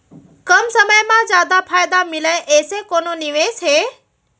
कम समय मा जादा फायदा मिलए ऐसे कोन निवेश हे?